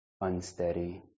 unsteady